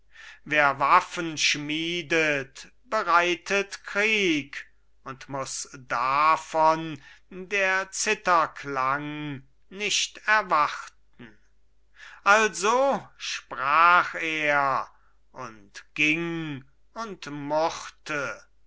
wer waffen schmiedet bereitet krieg und muß davon der zither klang nicht erwarten also sprach er und ging und murrte